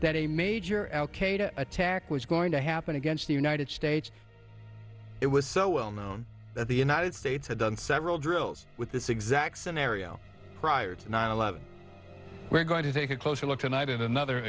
that a major al qaeda attack was going to happen against the united states it was so well known that the united states had done several drills with this exact scenario prior to nine eleven we're going to take a closer look tonight at another